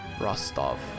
Rostov